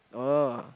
oh